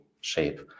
shape